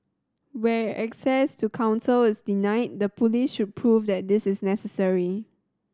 where access to counsel is denied the police should prove that this is necessary